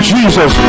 Jesus